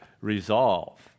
resolve